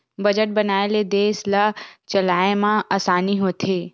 budget बनाए ले देस ल चलाए म असानी होथे